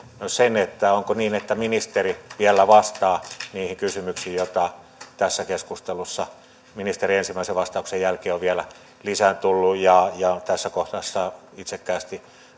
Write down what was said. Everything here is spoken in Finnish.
myös sen onko niin että ministeri vielä vastaa niihin kysymyksiin joita tässä keskustelussa ministerin ensimmäisen vastauksen jälkeen on vielä lisää tullut tässä kohdassa itsekkäästi